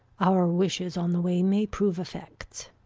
our wishes on the way may prove effects.